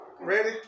Ready